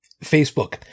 Facebook